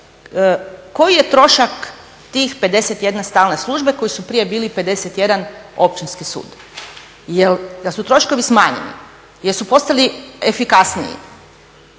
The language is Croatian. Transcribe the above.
koji je trošak tih 51 stalne službe koji su prije bili 51 općinski sud? Jel da su troškovi smanjeni, jesu postali efikasniji?